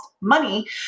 money